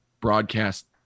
broadcast